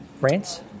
rants